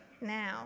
now